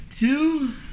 Two